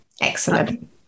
excellent